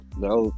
no